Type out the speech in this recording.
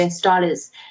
dollars